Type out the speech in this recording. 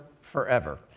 forever